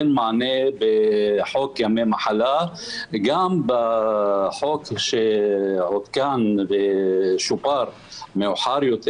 בחוק ימי מחלה וגם בחוק שעודכן ושופר מאוחר יותר